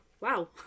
Wow